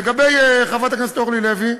לחברת הכנסת אורלי לוי,